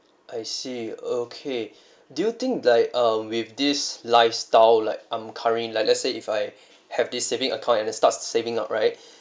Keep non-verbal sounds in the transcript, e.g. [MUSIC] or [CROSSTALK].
I see okay [BREATH] do you think like uh with this lifestyle like I'm current in like let's say if I have this saving account and to start saving up right